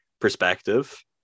perspective